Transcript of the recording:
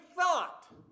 thought